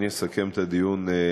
אני אסכם את הדיון בקצרה.